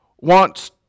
wants